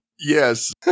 Yes